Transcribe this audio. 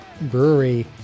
brewery